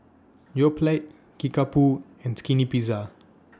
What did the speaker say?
Yoplait Kickapoo and Skinny Pizza